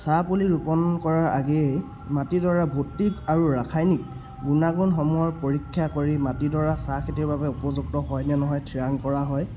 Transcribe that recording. চাহপুলি ৰোপণ কৰাৰ আগেয়ে মাটিডৰা ভতিক আৰু ৰাসায়নিক গুণাগুণসমূহৰ পৰীক্ষা কৰি মাটিডৰা চাহ খেতিৰ বাবে উপযুক্ত হয়নে নহয় থিৰাং কৰা হয়